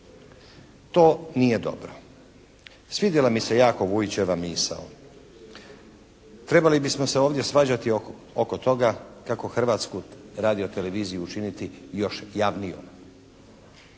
To nije dobro. Svidjela mi se jako Vujićeva misao. Trebali bismo se ovdje svađati oko toga kako Hrvatsku radioteleviziju učiniti još javnijom.